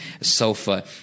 sofa